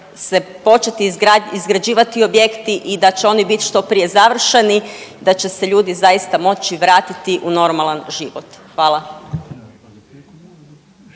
se početi izgrađivati objekti i da će oni biti što prije završeni da će se ljudi zaista moći vratiti u normalan život. Hvala.